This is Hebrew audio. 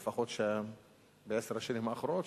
לפחות בעשר השנים האחרונות,